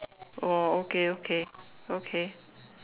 oh okay okay okay